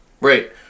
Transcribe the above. Right